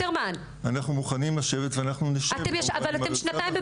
ואנחנו מוכנים לשבת --- אבל אתם שנתיים עובדים,